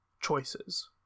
choices